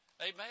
Amen